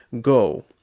Go